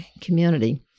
community